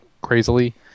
crazily